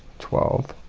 twelve,